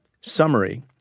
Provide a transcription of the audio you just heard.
summary